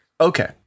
okay